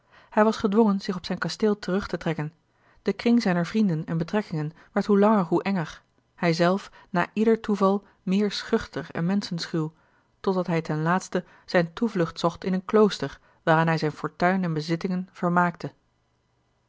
hij was gedwongen zich op zijn kasteel terug te trekken de kring zijner vrienden en betrekkingen werd hoe langer hoe enger hij zelf na ieder toeval meer schuchter en menschenschuw totdat hij ten laatste zijne toevlucht zocht in een klooster waaraan hij zijne fortuin en bezittingen vermaakte